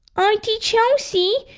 auntie chelsea,